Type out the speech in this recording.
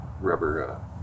rubber